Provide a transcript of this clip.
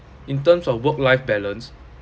in terms of work life balance